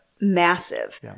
massive